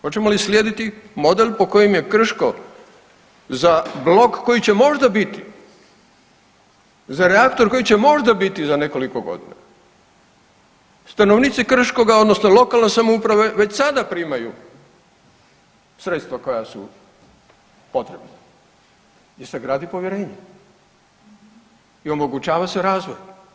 Hoćemo li slijediti model po kojem je Krško za blok koji će možda biti, za reaktor koji će možda biti za nekoliko godina, stanovnici Krškoga odnosno lokalna samouprava već sada primaju sredstva koja su potrebna i sagradi povjerenje i omogućava se razvoj.